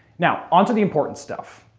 now, onto the important stuff.